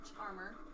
armor